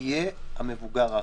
תהיה המבוגר האחראי,